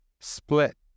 split